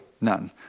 none